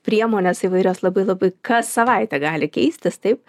priemones įvairias labai labai kas savaitę gali keistis taip